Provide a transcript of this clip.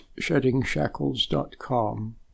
sheddingshackles.com